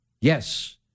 Yes